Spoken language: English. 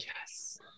Yes